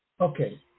Okay